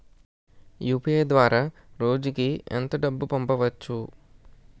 UPI ద్వారా రోజుకి ఎంత డబ్బు పంపవచ్చు?